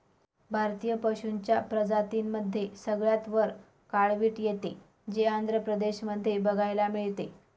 भारतीय पशूंच्या प्रजातींमध्ये सगळ्यात वर काळवीट येते, जे आंध्र प्रदेश मध्ये बघायला मिळते